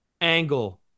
Angle